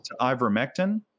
Ivermectin